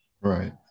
Right